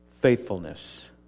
Faithfulness